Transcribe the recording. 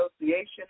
Association